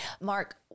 Mark